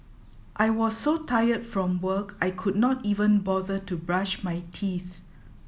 I was so tired from work I could not even bother to brush my teeth